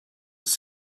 have